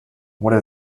what